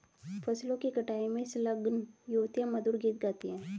फसलों की कटाई में संलग्न युवतियाँ मधुर गीत गाती हैं